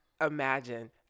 imagine